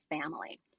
family